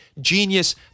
Genius